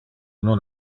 non